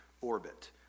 orbit